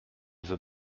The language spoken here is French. veut